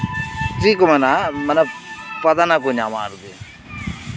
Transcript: ᱪᱮᱫ ᱠᱚ ᱢᱮᱱᱟ ᱢᱟᱱᱮ ᱯᱨᱟᱫᱷᱟᱱᱱᱚ ᱠᱚ ᱧᱟᱢᱟ ᱟᱨᱠᱤ